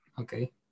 Okay